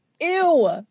Ew